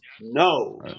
No